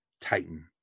titan